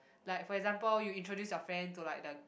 like for example you introduce your friend to like the